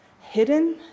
hidden